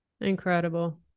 Incredible